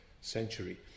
century